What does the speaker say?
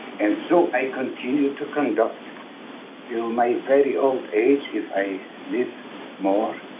and so i continue to conduct until my very old age if i live more